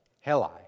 Heli